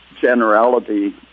generality